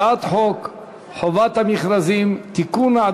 הצעת חוק חובת המכרזים (תיקון,